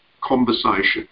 conversation